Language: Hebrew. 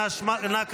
אנא,